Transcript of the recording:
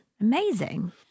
Amazing